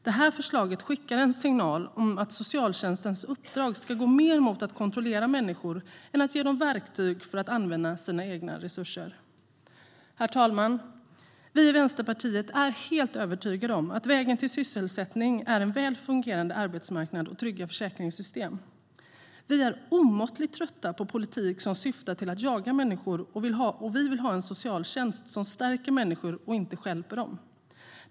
Detta förslag skickar en signal om att socialtjänstens uppdrag ska gå mer mot att kontrollera människor än att ge dem verktyg för att använda sina egna resurser. Herr talman! Vi i Vänsterpartiet är helt övertygade om att vägen till sysselsättning är en väl fungerande arbetsmarknad och trygga försäkringssystem. Vi är omåttligt trötta på politik som syftar till att jaga människor. Vi vill ha en socialtjänst som stärker människor och inte stjälper dem.